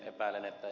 epäilen ed